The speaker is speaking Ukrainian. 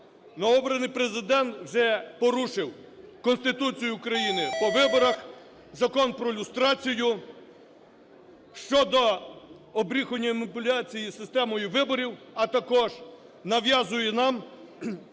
Новообраний Президент вже порушив Конституцію України по виборах, Закон про люстрацію, щодо оббріхування і маніпуляції з системою виборів, а також нав'язує нам